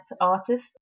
artist